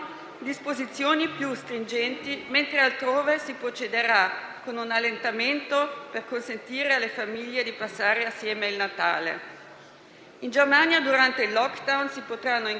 In Germania, durante il *lockdown*, si potranno incontrare al massimo cinque persone appartenenti a due diverse abitazioni, con l'estensione a dieci per i giorni dal 24 al 26.